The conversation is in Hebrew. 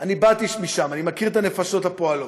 אני באתי משם, אני מכיר את הנפשות הפועלות: